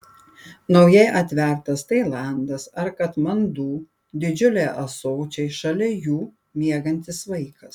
naujai atvertas tailandas ar katmandu didžiuliai ąsočiai šalia jų miegantis vaikas